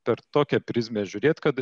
per tokią prizmę žiūrėt kad